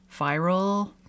viral